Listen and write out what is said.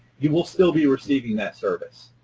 you will still be receiving that service,